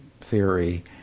theory